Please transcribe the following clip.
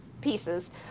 Pieces